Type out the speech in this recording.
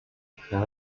occur